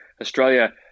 Australia